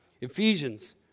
Ephesians